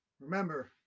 remember